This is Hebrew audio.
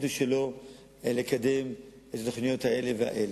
שלא לקדם את התוכניות האלה והאלה.